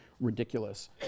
ridiculous